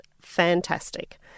fantastic